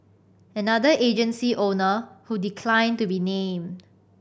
another agency owner who declined to be named